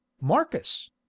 marcus